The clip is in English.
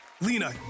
Lena